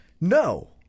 No